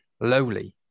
lowly